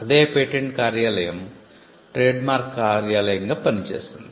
అదే పేటెంట్ కార్యాలయం ట్రేడ్మార్క్ కార్యాలయంగా పనిచేసింది